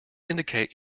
indicate